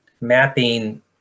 mapping